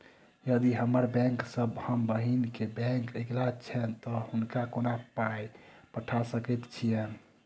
यदि हम्मर बैंक सँ हम बहिन केँ बैंक अगिला छैन तऽ हुनका कोना पाई पठा सकैत छीयैन?